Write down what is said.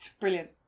Brilliant